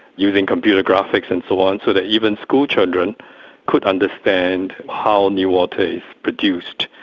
using computer graphics and so on, so that even schoolchildren could understand how newater is produced,